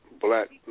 Black